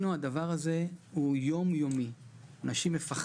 אבל בעיניי זה פלסטר,